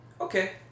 Okay